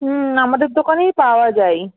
হুম আমাদের দোকানেই পাওয়া যায়